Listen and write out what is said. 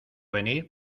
venir